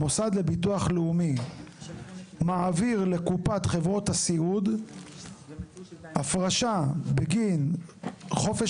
המוסד לביטוח לאומי מעביר לקופת חברות הסיעוד הפרשה בגין חופש